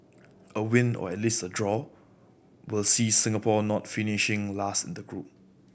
a win or at least a draw will see Singapore not finishing last in the group